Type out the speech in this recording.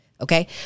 Okay